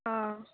आं